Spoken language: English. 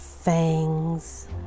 fangs